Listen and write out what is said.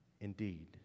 indeed